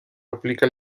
aplica